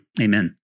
Amen